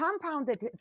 compounded